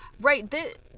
right